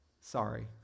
Sorry